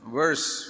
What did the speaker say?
verse